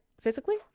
physically